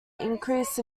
increase